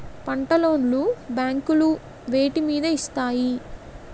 పంట లోన్ లు బ్యాంకులు వేటి మీద ఇస్తాయి?